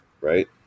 right